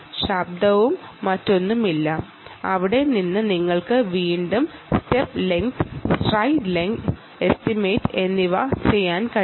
ശബ്ദവും മറ്റൊന്നുമില്ല അവിടെ നിന്ന് നിങ്ങൾക്ക് വീണ്ടും step length stride length estimate എന്നിവ ചെയ്യാൻ കഴിയും